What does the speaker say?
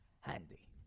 handy